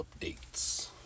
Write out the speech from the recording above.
updates